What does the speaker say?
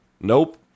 nope